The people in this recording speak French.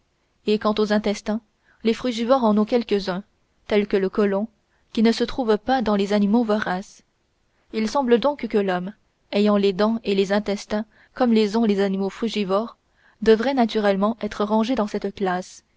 et quant aux intestins les frugivores en ont quelques-uns tels que le côlon qui ne se trouvent pas dans les animaux voraces il semble donc que l'homme ayant les dents et les intestins comme les ont les animaux frugivores devrait naturellement être rangé dans cette classe